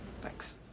Thanks